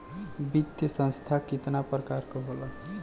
वित्तीय संस्था कितना प्रकार क होला?